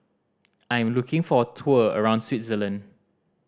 I am looking for a tour around Switzerland